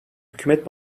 hükümet